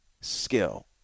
skill